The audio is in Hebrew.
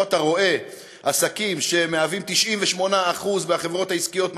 ופה אתה רואה עסקים שמהווים 98% מהחברות העסקיות,